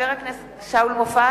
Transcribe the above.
(קוראת בשמות חברי הכנסת) שאול מופז,